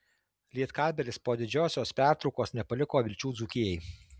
lietkabelis po didžiosios pertraukos nepaliko vilčių dzūkijai